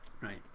Right